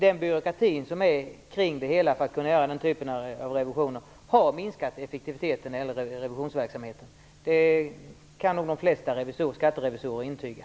Den byråkrati som finns för att kunna göra den typen av revisioner har minskat effektiviteten i hela revisionsverksamheten. Det kan nog de flesta skatterevisorer intyga.